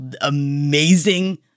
amazing